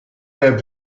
der